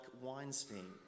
Weinstein